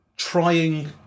Trying